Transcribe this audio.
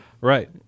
right